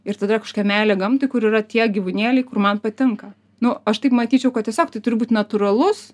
ir tada yra kažkokia meilė gamtai kur yra tie gyvūnėliai kur man patinka nu aš taip matyčiau kad tiesiog tai turi būt natūralus